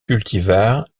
cultivar